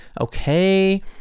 Okay